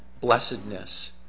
blessedness